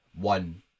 one